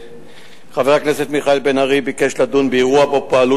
חבר הכנסת מיכאל בן-ארי ביקש לדון באירוע שבו פעלו